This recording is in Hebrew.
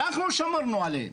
אנחנו שמרנו עליהם,